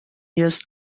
years